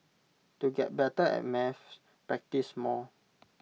to get better at maths practise more